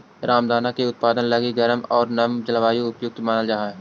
रामदाना के उत्पादन लगी गर्म आउ नम जलवायु उपयुक्त मानल जा हइ